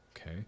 okay